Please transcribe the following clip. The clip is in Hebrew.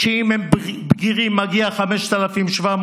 כשאם הם בגירים מגיעים 5,700,